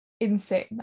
Insane